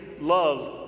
love